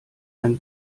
ein